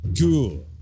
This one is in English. cool